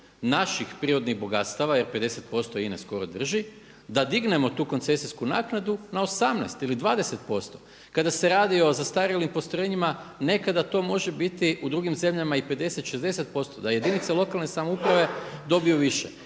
naših prirodnih bogatstava jer 50% INA skoro drži, da dignemo tu koncesijsku naknadu na 18 ili 20%? Kada se radi o zastarjelim postrojenjima, nekada to može biti u drugim zemljama i 50, 60% da jedinica lokalne samouprave dobiju više